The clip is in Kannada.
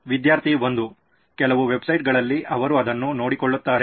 ವಿದ್ಯಾರ್ಥಿ 1 ಕೆಲವು ವೆಬ್ಸೈಟ್ಗಳಲ್ಲಿ ಅವರು ಅದನ್ನು ನೋಡಿಕೊಳ್ಳುತ್ತಾರೆ